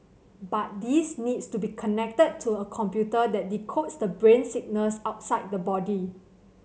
but these needs to be connected to a computer that decodes the brain signals outside the body